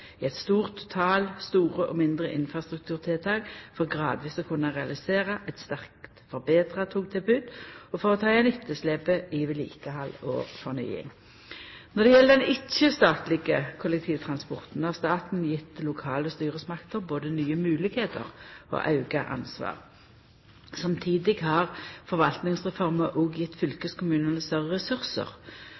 og mindre infrastrukturtiltak for gradvis å kunna realisera eit sterkt forbetra togtilbod og for å ta igjen etterslepet i vedlikehald og fornying. Når det gjeld den ikkje-statlege kollektivtransporten, har staten gjeve lokale styresmakter både nye moglegheiter og auka ansvar. Samtidig har forvaltningsreforma òg gjeve fylkeskommunane større ressursar